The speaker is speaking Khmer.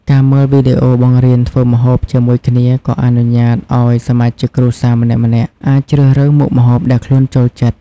ការមើលវីដេអូបង្រៀនធ្វើម្ហូបជាមួយគ្នា ក៏អនុញ្ញាតឱ្យសមាជិកគ្រួសារម្នាក់ៗអាចជ្រើសរើសមុខម្ហូបដែលខ្លួនចូលចិត្ត ។